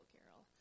Carol